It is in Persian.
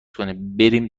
کنهبریم